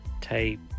tape